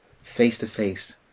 face-to-face